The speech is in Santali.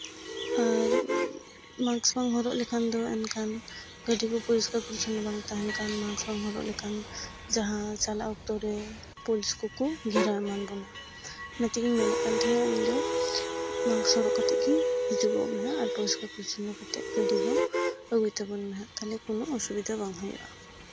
ᱟᱨ ᱢᱟᱠᱥ ᱵᱟᱢ ᱦᱚᱨᱚᱜ ᱞᱮᱠᱷᱟᱱ ᱫᱚ ᱮᱱᱠᱷᱟᱱ ᱜᱟᱹᱰᱤ ᱠᱚ ᱯᱚᱨᱤᱥᱠᱟᱨ ᱯᱚᱨᱤᱪᱷᱚᱱᱱᱚ ᱵᱟᱝ ᱛᱟᱦᱮᱱ ᱠᱷᱟᱱ ᱢᱟᱠᱥ ᱵᱟᱢ ᱦᱚᱨᱚᱜ ᱞᱮᱠᱷᱟᱱ ᱡᱟᱦᱟᱸ ᱪᱟᱞᱟᱜ ᱚᱠᱛᱚ ᱨᱮ ᱯᱩᱞᱤᱥ ᱠᱚᱠᱚ ᱜᱷᱮᱨᱟᱣ ᱮᱢᱟᱱ ᱵᱳᱱᱟ ᱚᱱᱟ ᱛᱮᱜᱤᱧ ᱢᱮᱱᱮ ᱛᱟᱦᱮᱱᱟ ᱤᱧᱫᱚ ᱢᱟᱠᱥ ᱦᱚᱨᱚᱜ ᱠᱟᱛᱮ ᱜᱮ ᱦᱤᱡᱩᱜᱚᱜ ᱢᱮᱦᱟᱸᱜ ᱟᱨ ᱯᱚᱨᱤᱥᱠᱟᱨ ᱯᱚᱨᱤᱪᱷᱚᱱᱱᱚ ᱠᱟᱛᱮ ᱜᱟᱹᱰᱤ ᱦᱚᱸ ᱟᱹᱜᱩᱭ ᱛᱟᱵᱚᱱ ᱢᱮᱦᱟᱸᱜ ᱛᱟᱦᱚᱞᱮ ᱠᱳᱱᱚ ᱚᱥᱩᱵᱤᱫᱷᱟ ᱵᱟᱝ ᱦᱩᱭᱩᱜᱼᱟ